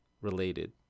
related